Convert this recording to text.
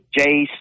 Jace